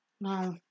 No